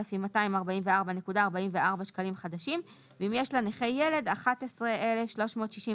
10,244.44 שקלים ואם יש לנכה ילד- 11,369.50